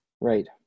Right